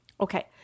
Okay